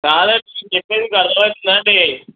కాదండి నేను చెప్పేది మీకు అర్ధమౌతుందా అండి